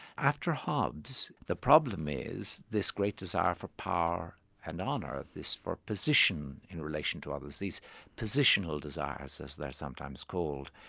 after hobbes, the problem is this great desire for power and honour, ah for position in relation to others, these positional desires, as they're sometimes called.